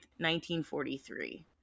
1943